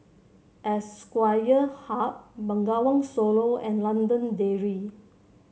Hub Bengawan Solo and London Dairy